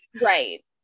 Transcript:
right